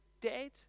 dead